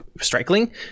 Striking